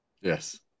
Yes